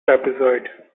trapezoid